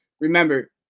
remember